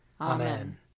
Amen